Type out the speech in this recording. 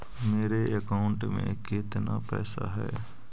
मेरे अकाउंट में केतना पैसा है?